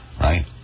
right